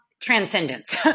transcendence